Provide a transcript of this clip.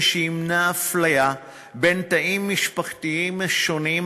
שימנע אפליה בין תאים משפחתיים שונים,